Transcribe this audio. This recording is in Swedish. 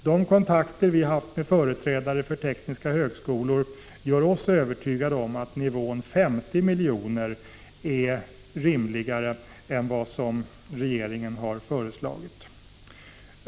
De kontakter vi har haft med företrädare för tekniska högskolor gör oss övertygade om att nivån 50 miljoner är rimligare än regeringens förslag.